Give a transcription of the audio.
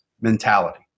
mentality